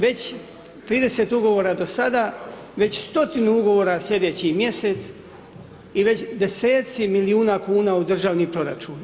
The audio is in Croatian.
Već 30 ugovora do sada, već stotinu ugovora sljedeći mjesec i već deseci milijuna kuna u državni proračun.